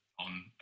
on